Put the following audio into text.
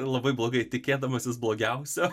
labai blogai tikėdamasis blogiausio